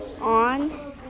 on